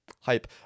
Hype